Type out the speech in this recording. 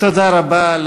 תודה רבה,